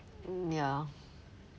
mm ya